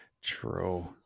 True